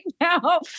now